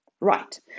Right